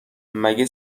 مگه